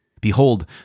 Behold